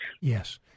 Yes